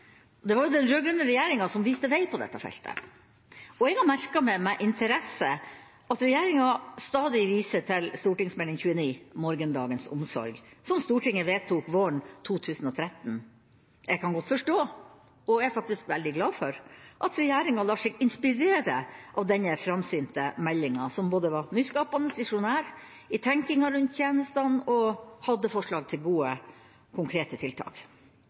Det var jo den rød-grønne regjeringa som viste vei på dette feltet, og jeg har merket meg med interesse at regjeringa stadig viser til Meld. St. 29 for 2012–2013, Morgendagens omsorg, som Stortinget vedtok våren 2013. Jeg kan godt forstå – og er faktisk veldig glad for – at regjeringa lar seg inspirere av denne framsynte meldinga, som både var nyskapende og visjonær i tenkinga rundt tjenestene, og som hadde forslag til gode, konkrete tiltak.